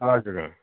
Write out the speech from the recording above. हजुर